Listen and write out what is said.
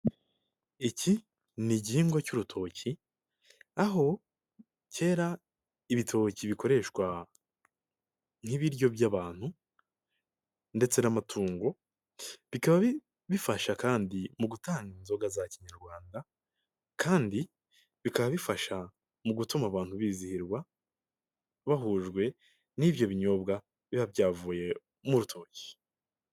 Iki ni igihingwa cy'urutoki, aho kera ibitoki bikoreshwa nk'ibiryo by'abantu ndetse n'amatungo, bikaba bifasha kandi mu gutanga inzoga za kinyarwanda, kandi bikaba bifasha mu gutuma abantu bizihirwa bahujwe n'ibyo binyobwa biba byavuye mu rutoki.